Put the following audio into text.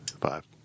Five